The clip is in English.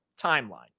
timeline